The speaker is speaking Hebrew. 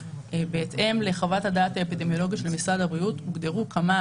בהתאם לחוות הדעת האפידמיולוגית של משרד הבריאות הוגדרו כמה